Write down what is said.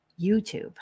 YouTube